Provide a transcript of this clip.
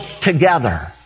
together